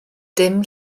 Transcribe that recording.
dim